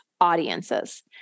audiences